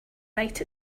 write